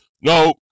no